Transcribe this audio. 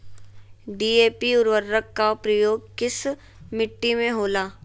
DAP उर्वरक का प्रयोग किस मिट्टी में होला?